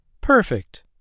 Perfect